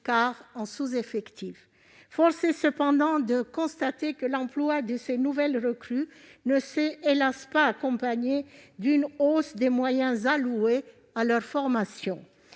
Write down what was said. car en sous-effectifs. Cependant, force est de constater que l'emploi de ces nouvelles recrues ne s'est, hélas, pas accompagné d'une hausse des moyens alloués à leur formation.